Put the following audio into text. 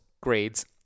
grades